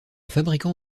fabricant